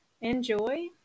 Enjoy